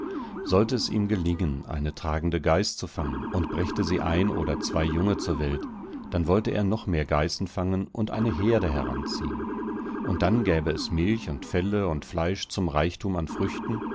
sollte es ihm gelingen eine tragende geiß zu fangen und brächte sie ein oder zwei junge zur welt dann wollte er noch mehr geißen fangen und eine herde heranziehen und dann gäbe es milch und felle und fleisch zum reichtum an früchten